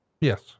Yes